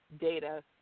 data